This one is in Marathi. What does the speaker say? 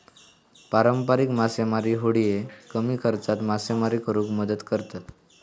पारंपारिक मासेमारी होडिये कमी खर्चात मासेमारी करुक मदत करतत